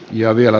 ja vielä